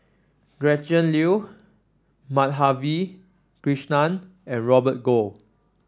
Gretchen Liu Madhavi Krishnan and Robert Goh